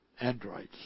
androids